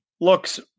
looks